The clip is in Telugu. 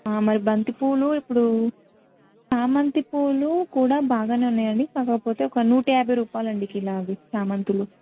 మరి బంతిపువ్వులు ఇప్పుడు చామంతిపువ్వులు కూడా బాగానే ఉన్నాయండి కాకపోతే నూట యాభై రూపాయాలండి కిలో అవి చామంతులు